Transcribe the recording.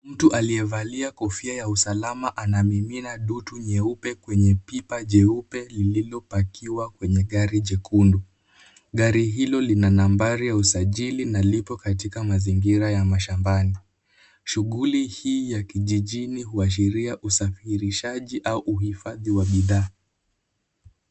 Mtu aliyevalia kofia ya usalama anamimina dutu nyeupe kwenye pipa jeupe lililopakiwa kwenye gari jekundu. Gari hilo lina nambari ya usajili na lipo katika mazingira ya mashambani. Shughuli hii ya kijijini huashiria usafirishaji au uhifadhi wa bidhaa.